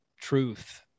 truth